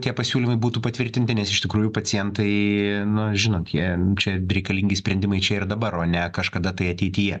tie pasiūlymai būtų patvirtinti nes iš tikrųjų pacientai nu žinot jie čia reikalingi sprendimai čia ir dabar o ne kažkada tai ateityje